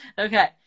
Okay